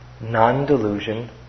Non-delusion